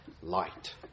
light